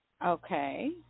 Okay